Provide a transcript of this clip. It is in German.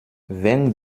wenn